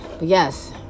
yes